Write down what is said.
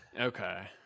Okay